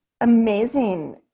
amazing